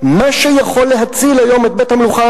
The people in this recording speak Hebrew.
מה שיכול להציל היום את בית-המלוכה